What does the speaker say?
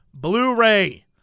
Blu-ray